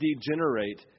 degenerate